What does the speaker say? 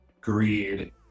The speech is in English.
greed